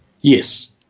Yes